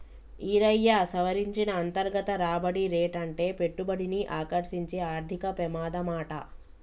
ఈరయ్యా, సవరించిన అంతర్గత రాబడి రేటంటే పెట్టుబడిని ఆకర్సించే ఆర్థిక పెమాదమాట